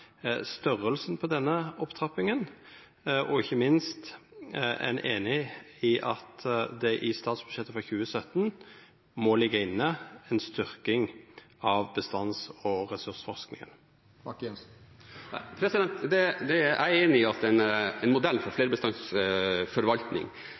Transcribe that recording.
størrelsen på denne opptrappingen? Og ikke minst: Er han enig i at det i statsbudsjettet for 2017 må ligge inne en styrking av bestands- og ressursforskningen? Jeg er enig i at en modell for